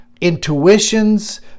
intuitions